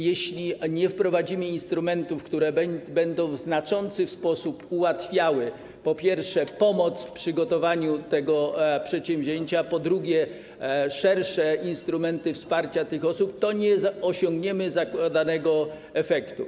Jeśli nie wprowadzimy instrumentów, które będą w znaczący sposób ułatwiały, po pierwsze, pomoc w przygotowaniu tego przedsięwzięcia, po drugie, szerszych instrumentów wsparcia tych osób, to nie osiągniemy zakładanego efektu.